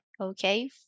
okay